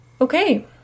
Okay